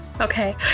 Okay